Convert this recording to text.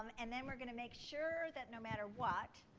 and then we're going to make sure that no matter what,